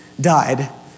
died